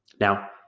Now